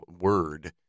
word